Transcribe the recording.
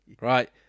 Right